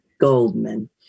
Goldman